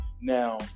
Now